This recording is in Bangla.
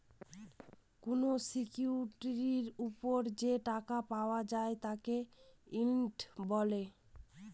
কোনো সিকিউরিটির ওপর যে টাকা পাওয়া যায় তাকে ইল্ড বলে